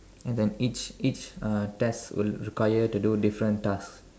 and then each each uh test will require you to do different tasks